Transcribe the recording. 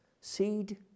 Seed